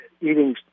eating